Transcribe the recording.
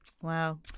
Wow